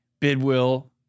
Bidwill